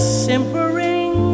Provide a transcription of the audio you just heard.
simpering